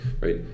right